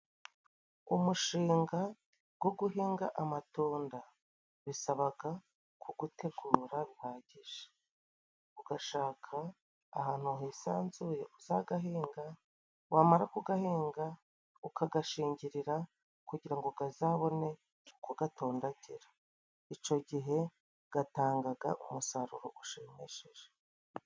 Umushinga go guhinga amatunda bisabaga kugutegura bihagije, ugashaka ahantu hisanzuye uzagahinga, wamara kugahinga ukagashingirira kugira ngo gazabone uko gatondagira, ico gihe gatangaga umusaruro gushimishije.